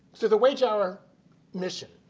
so the wage our mission,